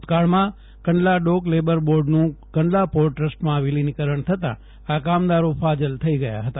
ભુતકાળમાં Kandla dock labour બોર્ડનું Kandla port ટ્રસ્ટમાં વિલિનીકરણ થતાં આ કામદારો ફાજલ થઈ ગયા હતા